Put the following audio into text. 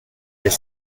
est